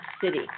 city